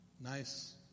Nice